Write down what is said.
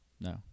No